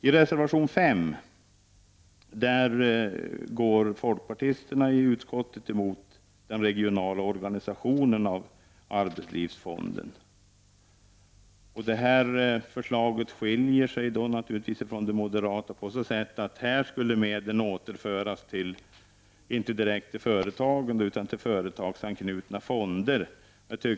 I reservation nr 5 går folkpartisterna i utskottet emot den regionala organisationen av arbetslivsfonden. Detta förslag skiljer sig från det moderata förslaget på så sätt att här skulle medlen återföras till företagsanknutna fonder i stället för direkt till företagen.